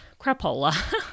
crapola